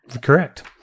Correct